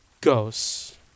ghosts